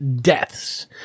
deaths